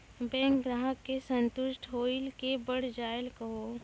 Bank ग्राहक के संतुष्ट होयिल के बढ़ जायल कहो?